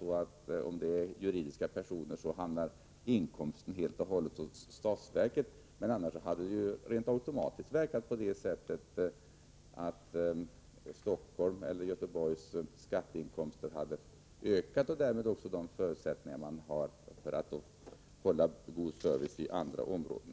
av om det är juridiska personer. Då hamnar inkomsten helt och hållet hos statsverket. Men annars hade det rent automatiskt verkat på det sättet, att Stockholms eller Göteborgs skatteinkomster hade ökat och därmed också de förutsättningar man har för att hålla god service i andra områden.